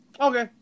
Okay